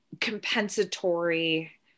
compensatory